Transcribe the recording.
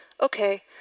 okay